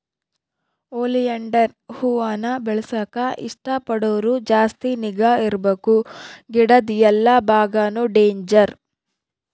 oleander ಹೂವಾನ ಬೆಳೆಸಾಕ ಇಷ್ಟ ಪಡೋರು ಜಾಸ್ತಿ ನಿಗಾ ಇರ್ಬಕು ಗಿಡುದ್ ಎಲ್ಲಾ ಬಾಗಾನು ಡೇಂಜರ್